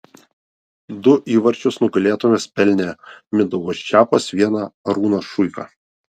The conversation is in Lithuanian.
du įvarčius nugalėtojams pelnė mindaugas čepas vieną arūnas šuika